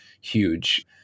huge